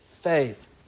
faith